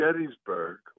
Gettysburg